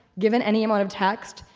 given any amount of text,